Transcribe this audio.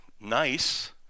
nice